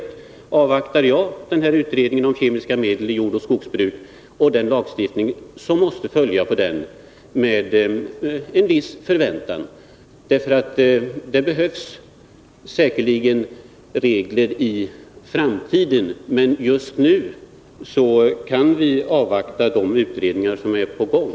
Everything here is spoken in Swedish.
Jag avvaktar särskilt, med en viss förväntan, utredningen om kemiska medel i jordoch skogsbruk och den lagstiftning som måste följa därefter. Det behövs säkerligen regler i framtiden, men just nu kan vi avvakta de utredningar som är på gång.